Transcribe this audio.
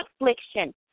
affliction